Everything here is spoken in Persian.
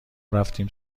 رفتیم